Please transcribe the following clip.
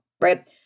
right